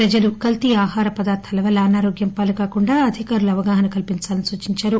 ప్రజలు కల్తీ ఆ హార పదార్థాల వల్ల అనారోగ్యం పాలుకాకుండా అధికారులు అవగాహన కల్పించాలని సూచించారు